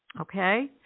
Okay